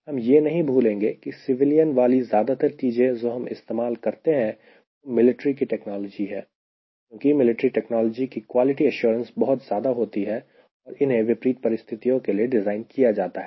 हम यह नहीं भूलेंगे की सिविलियन वाली ज्यादातर चीजें जो हम इस्तेमाल कर रहे हैं वह मिलिट्री की टेक्नोलॉजी है क्योंकि मिलिट्री टेक्नोलॉजी की क्वालिटी एश्योरेंस बहुत ज्यादा होती है और इन्हें विपरीत परिस्थितियों के लिए डिज़ाइन किया जाता है